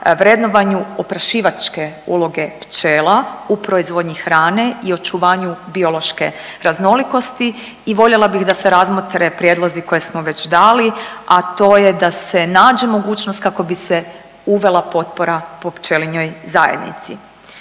vrednovanju oprašivačke uloge pčela u proizvodnji hrane i očuvanju biološke raznolikosti i voljela bih da se razmotre prijedlozi koje smo već dali, a to je da se nađe mogućnost kao bi se uvela potpora po pčelinjoj zajednici.